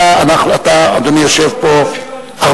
אתה, אדוני, יושב פה, זמן לדבר.